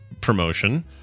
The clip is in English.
promotion